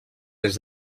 des